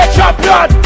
Champion